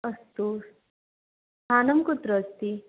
अस्तु स्थानं कुत्र अस्ति